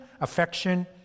affection